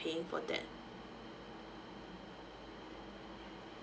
for that